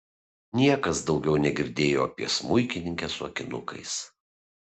niekas daugiau negirdėjo apie smuikininkę su akinukais